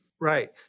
Right